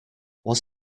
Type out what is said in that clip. was